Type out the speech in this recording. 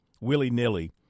willy-nilly